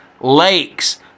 Lakes